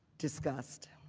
discussed.